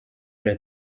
les